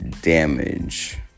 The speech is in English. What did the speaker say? damage